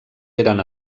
eren